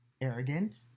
arrogant